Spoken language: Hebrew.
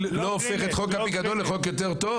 לא הופך את חוק הפיקדון לחוק יותר טוב.